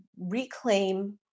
reclaim